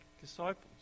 disciples